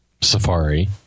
Safari